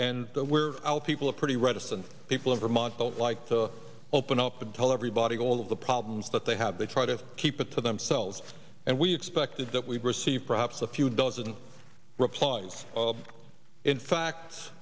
and we're out people are pretty reticent people in vermont don't like to open up and tell everybody all of the problems that they have they try to keep it to themselves and we expected that we've received perhaps a few dozen replies in fact